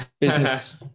business